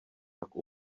tak